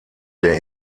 der